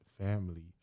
family